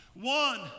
One